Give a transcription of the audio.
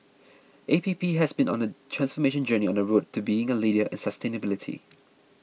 A P P has been on a transformation journey on the road to being a leader in sustainability